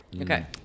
Okay